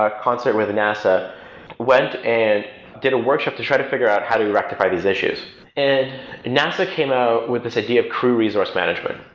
ah constant where the nasa went and did a workshop to try to figure out how do we rectify these issues and nasa came out with this idea of crew resource management.